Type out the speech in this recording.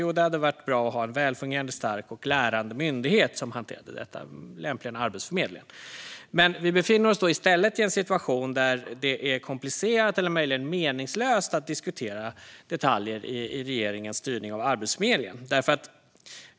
Jo, det hade varit bra att ha en välfungerande, stark och lärande myndighet som hanterade detta - lämpligen Arbetsförmedlingen. I stället befinner vi oss i en situation där det är komplicerat eller möjligen meningslöst att diskutera detaljer i regeringens styrning av Arbetsförmedlingen.